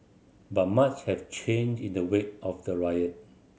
but much has changed in the wake of the riot